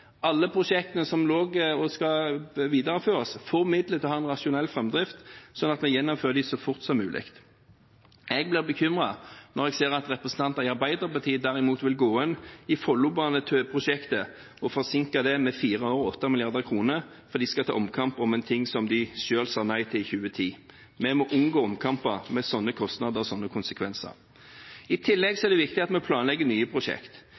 Alle prosjektene som skal videreføres, får midler til å ha en rasjonell framdrift, slik at vi får gjennomført dem så fort som mulig. Jeg blir bekymret når jeg ser at representanter fra Arbeiderpartiet, derimot, vil forsinke Follobane-prosjektet med fire år – og 8 mrd. kr. De skal ta omkamp om noe som de selv sa nei til i 2010. Vi må unngå omkamper med slike kostnader og slike konsekvenser. I tillegg er det viktig at vi planlegger nye